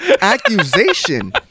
accusation